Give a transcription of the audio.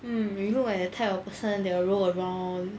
mm you look like the type of person that will roll around